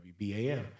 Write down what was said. WBAM